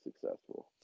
successful